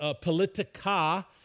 Politica